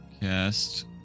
cast